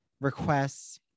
requests